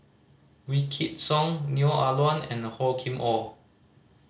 Wykidd Song Neo Ah Luan and Hor Kim Or